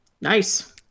Nice